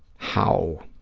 how,